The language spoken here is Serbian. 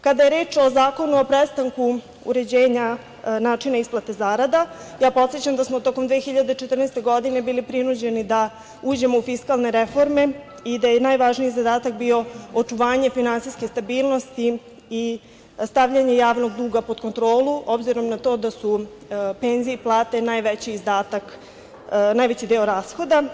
Kada je reč o Zakonu o prestanku uređenja načina isplate zarada, ja podsećam da smo tokom 2014. godine bili prinuđeni da uđemo u fiskalne reforme i da je najvažniji zadatak bio očuvanje finansijske stabilnosti i stavljanje javnog duga pod kontrolu, obzirom da to da su penzije i plate najveći deo rashoda.